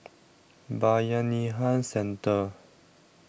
Bayanihan Centre